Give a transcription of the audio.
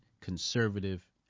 conservative